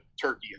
turkey